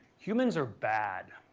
humans are bad.